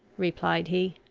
replied he.